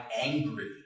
angry